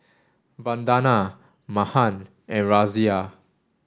Vandana Mahan and Razia